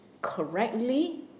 correctly